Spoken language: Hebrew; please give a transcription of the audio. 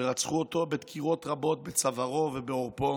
ורצחו אותו בדקירות רבות בצווארו ובעורפו.